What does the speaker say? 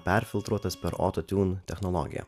perfiltruotas per autotune technologiją